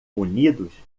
unidos